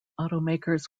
automakers